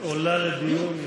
היא עולה לדיון,